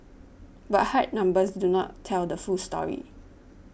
but hard numbers do not tell the full story